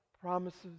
promises